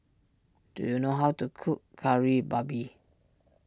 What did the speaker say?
do you know how to cook Kari Babi